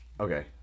Okay